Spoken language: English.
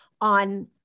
on